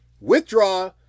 Withdraw